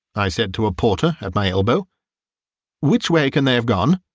i said to a porter at my elbow which way can they have gone?